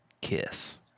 kiss